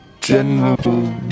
general